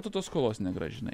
tu tos skolos negrąžinai